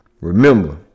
Remember